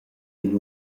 igl